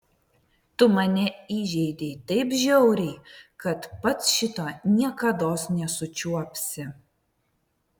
tu mane įžeidei taip žiauriai kad pats šito niekados nesučiuopsi